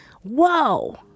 whoa